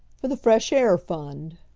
for the fresh-air fund.